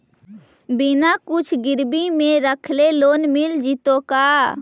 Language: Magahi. बिना कुछ गिरवी मे रखले लोन मिल जैतै का?